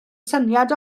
syniad